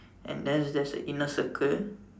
and then there's a inner circle